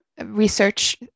research